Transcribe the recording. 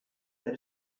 that